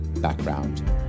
Background